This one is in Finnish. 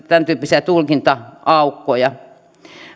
tämäntyyppisiä tulkinta aukkoja